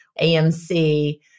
AMC